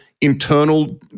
Internal